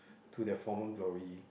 to their former glory